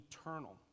eternal